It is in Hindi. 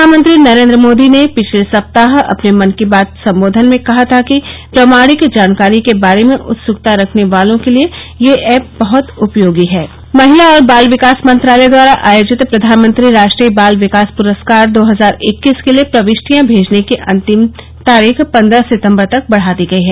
प्रधानमंत्री नरेंद्र मोदी ने पिछले सप्ताह अपने मन की बात संबोधन में कहा था कि प्रामाणिक जानकारी के बारे में उत्सुकता रखने वालों के लिए यह ऐप बहुत उपयोगी है महिला और बाल विकास मंत्रालय द्वारा आयोजित प्रधानमंत्री राष्ट्रीय बाल विकास पुरस्कार दो हजार इक्कीस के लिए प्रविष्टियां भेजने की अंतिम तारीख पन्द्रह सितंबर तक बढ़ा दी गई है